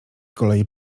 kolei